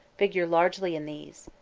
figure largely in these.